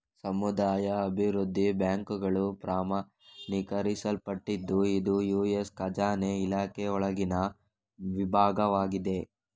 ಸಮುದಾಯ ಅಭಿವೃದ್ಧಿ ಬ್ಯಾಂಕುಗಳು ಪ್ರಮಾಣೀಕರಿಸಲ್ಪಟ್ಟಿದ್ದು ಇದು ಯು.ಎಸ್ ಖಜಾನೆ ಇಲಾಖೆಯೊಳಗಿನ ವಿಭಾಗವಾಗಿದೆ